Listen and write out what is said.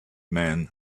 man